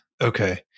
Okay